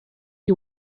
you